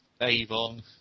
Avon